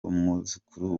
umwuzukuru